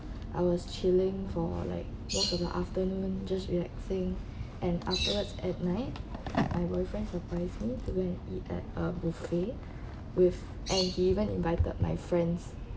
I was chilling for like walk for the afternoon just relaxing and afterwards at night my boyfriend surprised me to go and eat at a buffet with and he even invited my friends